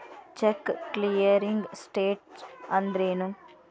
Check clearing status ಅಂದ್ರೇನು?